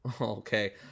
Okay